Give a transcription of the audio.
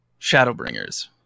Shadowbringers